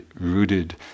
rooted